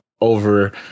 over